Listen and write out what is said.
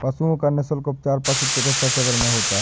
पशुओं का निःशुल्क उपचार पशु चिकित्सा शिविर में होता है